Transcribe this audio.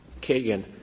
Kagan